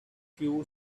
few